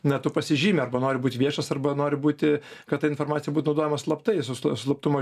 na tu pasižymi arba nori būti viešas arba nori būti kad ta informacija būt naudojama slaptai su slap slaptumo